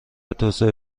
توسعه